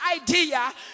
idea